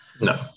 No